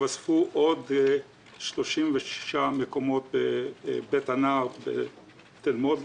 יתווספו עוד 36 מקומות בבית הנער בתל-מונד,